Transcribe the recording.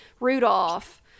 Rudolph